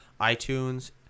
iTunes